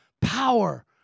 power